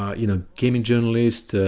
um you know gaming journalists,